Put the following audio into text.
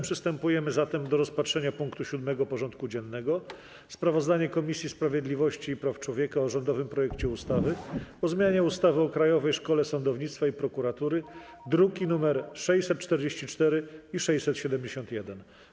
Przystępujemy do rozpatrzenia punktu 7. porządku dziennego: Sprawozdanie Komisji Sprawiedliwości i Praw Człowieka o rządowym projekcie ustawy o zmianie ustawy o Krajowej Szkole Sądownictwa i Prokuratury (druki nr 644 i 671)